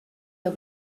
der